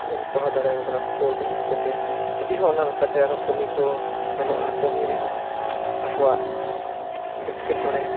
ᱚᱞ ᱯᱟᱲᱦᱟᱣ ᱫᱟᱲᱮᱭᱟ ᱠᱚ ᱠᱟᱱᱟ ᱠᱟᱹᱣᱰᱤ ᱤᱫᱤ ᱠᱟᱛᱮᱫ ᱡᱩᱫᱤ ᱦᱚᱸ ᱚᱱᱟ ᱞᱮᱠᱟᱛᱮ ᱠᱟᱹᱢᱤ ᱠᱚ ᱥᱮᱱᱚᱜᱼᱟ ᱠᱟᱹᱢᱤ ᱨᱮ ᱦᱚᱸ ᱟᱠᱚᱣᱟᱜ ᱮᱴᱠᱮᱴᱚᱬᱮ